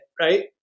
right